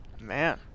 man